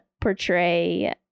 portray